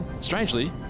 Strangely